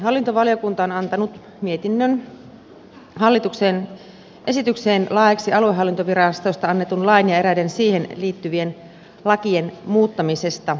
hallintovaliokunta on antanut mietinnön hallituksen esitykseen laeiksi aluehallintovirastoista annetun lain ja eräiden siihen liittyvien lakien muuttamisesta